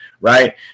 Right